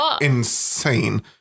insane